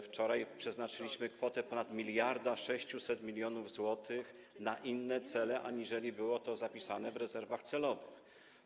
Wczoraj przeznaczyliśmy kwotę ponad 1600 mln zł na inne cele, aniżeli było to zapisane w rezerwach celowych.